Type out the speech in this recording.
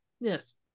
Yes